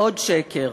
עוד שקר: